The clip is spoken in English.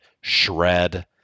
shred